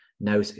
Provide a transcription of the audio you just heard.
now